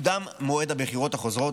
יוקדם מועד הבחירות החוזרות.